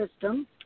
system